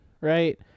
right